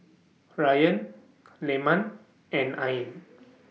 Ryan Leman and Ain